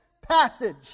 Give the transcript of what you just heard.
passage